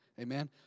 Amen